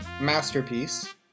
masterpiece